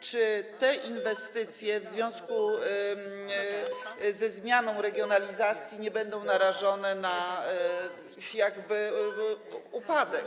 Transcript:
Czy te inwestycje w związku ze zmianą regionalizacji nie będą narażone na upadek?